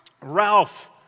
Ralph